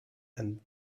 and